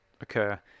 occur